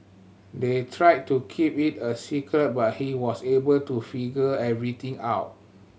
they tried to keep it a secret but he was able to figure everything out